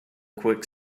quick